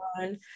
on